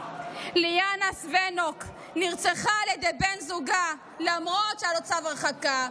ליאנה סבנוק נרצחה למרות שהיה צו הרחקה.